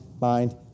mind